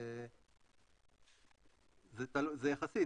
זה יחסי.